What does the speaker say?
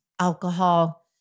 alcohol